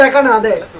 like another